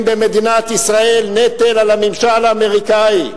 במדינת ישראל נטל על הממשל האמריקני.